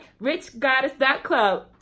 richgoddess.club